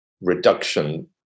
reduction